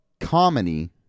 comedy